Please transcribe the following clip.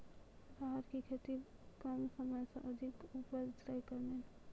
राहर की खेती कम समय मे अधिक उपजे तय केना?